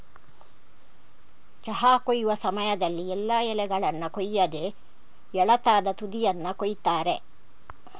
ಚಹಾ ಕೊಯ್ಲು ಸಮಯದಲ್ಲಿ ಎಲ್ಲಾ ಎಲೆಗಳನ್ನ ಕೊಯ್ಯದೆ ಎಳತಾದ ತುದಿಯನ್ನ ಕೊಯಿತಾರೆ